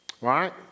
Right